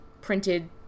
printed